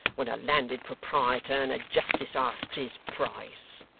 when a landed proprietor and a justice asks his price!